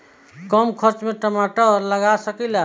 कम खर्च में टमाटर लगा सकीला?